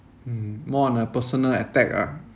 mm more on a personal attack ah